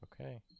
Okay